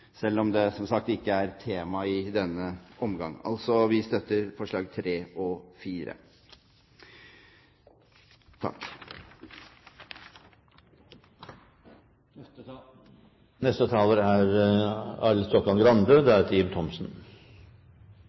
selv om det ikke er temaet i denne omgang. Altså: Vi støtter forslagene nr. 3 og